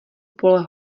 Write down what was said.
pole